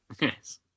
Yes